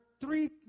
three